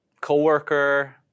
co-worker